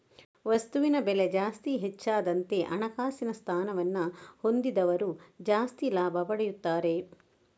ವಸ್ತುವಿನ ಬೆಲೆ ಜಾಸ್ತಿ ಹೆಚ್ಚಾದಂತೆ ಹಣಕಾಸಿನ ಸ್ಥಾನವನ್ನ ಹೊಂದಿದವರು ಜಾಸ್ತಿ ಲಾಭ ಪಡೆಯುತ್ತಾರೆ